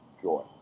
joy